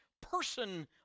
person